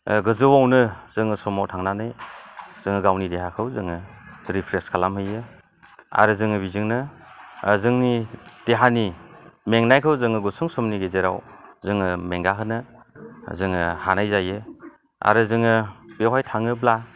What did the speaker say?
गोजौआवनो जोङो समावआव थांनानै जोङो गावनि देहाखौ जोङो रिफ्रेस खालाम हैयो आरो जोङो बिजोंनो जोंनि देहानि मेंनायखौ जोङो गुसुं समनि गेजेराव जोङो मेंगाहोनो जोङो हानाय जायो आरो जोङो बेवहाय थाङोब्ला